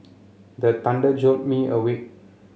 the thunder jolt me awake